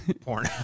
porn